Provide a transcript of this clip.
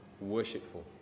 worshipful